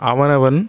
அவனவன்